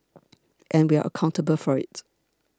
and we are accountable for it